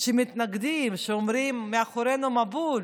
שמתנגדים, שאומרים: אחרינו המבול,